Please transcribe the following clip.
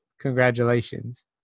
Congratulations